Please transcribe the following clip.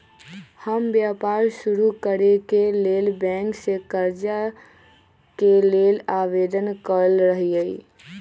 हम व्यापार शुरू करेके लेल बैंक से करजा के लेल आवेदन कयले रहिये